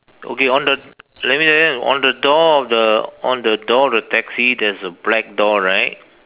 okay on the let me let me on the door of the on the door of the taxi there's a black door right